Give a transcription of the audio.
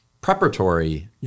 preparatory